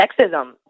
sexism